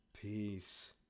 Peace